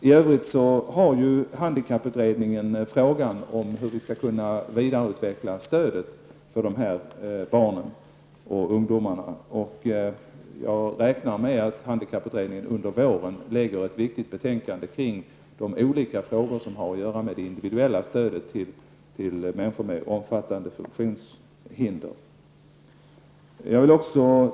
I övrigt har handikapputredningen att ta ställning till frågan om hur vi skall kunna vidareutveckla stödet till dessa barn och ungdomar. Jag räknar med att handikapputredningen kommer att lägga fram ett viktigt betänkande under våren kring de olika frågor som har att göra med det individuella stödet till människor med omfattande funktionshinder. Herr talman!